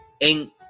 en